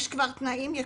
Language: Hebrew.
יש כבר תנאים,